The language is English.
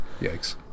Yikes